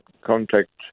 contact